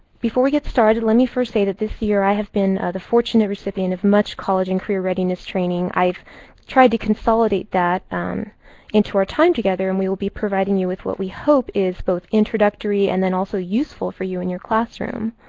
before we get started, let me first say that this year i have been the fortunate recipient of much college and career readiness training. i've tried to consolidate that um into our time together and we will be providing you with what we hope is both introductory and then also useful for you in your classroom.